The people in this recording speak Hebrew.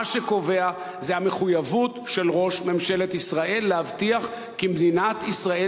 מה שקובע זה המחויבות של ראש ממשלת ישראל להבטיח כי מדינת ישראל